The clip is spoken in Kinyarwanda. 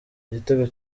igitego